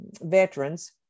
veterans